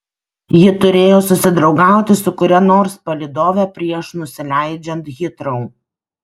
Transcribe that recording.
ji turėjo susidraugauti su kuria nors palydove prieš nusileidžiant hitrou